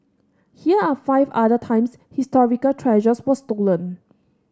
here are five other times historical treasures were stolen